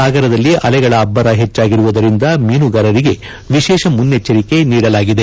ಸಾಗರದಲ್ಲಿ ಅಲೆಗಳ ಅಬ್ಬರ ಹೆಚ್ಚಾಗಿರುವುದರಿಂದ ಮೀನಿಗಾರರಿಗೆ ವಿಶೇಷ ಮುನ್ನೆಚ್ಚರಿಕೆ ನೀಡಲಾಗಿದೆ